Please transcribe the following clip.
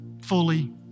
fully